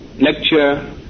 lecture